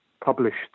published